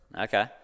Okay